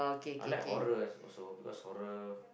I like horrors also because horror